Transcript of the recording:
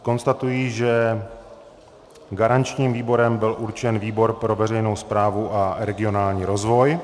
Konstatuji, že garančním výborem byl určen výbor pro veřejnou správu a regionální rozvoj.